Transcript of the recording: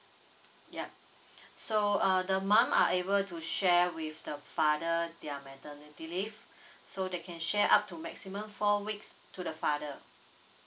yeah so uh the mum are able to share with the father their maternity leave so they can share up to maximum four weeks to the father